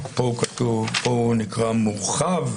שפה הוא נקרא מורחב,